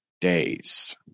days